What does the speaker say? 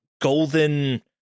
golden